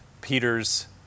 peter's